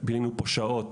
בילינו פה שעות